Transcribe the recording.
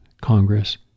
Congress